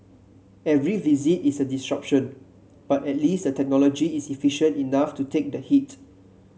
every visit is a disruption but at least the technology is efficient enough to take the hit